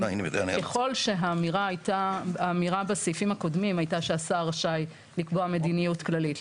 ככול שהאמירה בסעיפים הקודמים הייתה שהשר רשאי לקבוע מדיניות כללית,